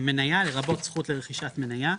"מניה" לרבות זכות לרכישת מניה,